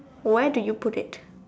so where did you put it